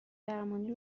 درمانی